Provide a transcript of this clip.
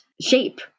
shape